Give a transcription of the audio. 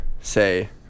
say